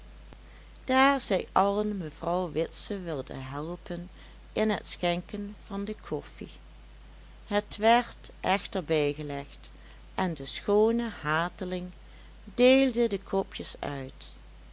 daar zij allen mevrouw witse wilden helpen in het schenken van de koffie het werd echter bijgelegd en de schoone hateling deelde de kopjes uit